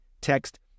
text